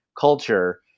culture